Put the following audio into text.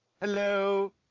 hello